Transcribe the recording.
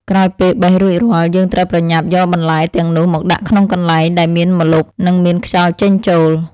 ក្រោយពេលបេះរួចរាល់ យើងត្រូវប្រញាប់យកបន្លែទាំងនោះមកដាក់ក្នុងកន្លែងដែលមានម្លប់ និងមានខ្យល់ចេញចូល។